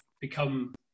become